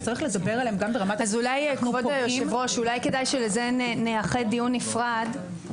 אנחנו מפצלים את זה לשני דיונים נפרדים.